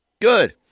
Good